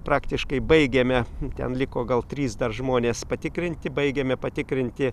praktiškai baigėme ten liko gal trys dar žmonės patikrinti baigėme patikrinti